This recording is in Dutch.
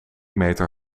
meter